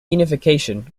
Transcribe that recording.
unification